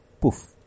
Poof